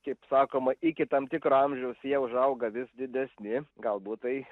kaip sakoma iki tam tikro amžiaus jie užauga vis didesni galbūt tai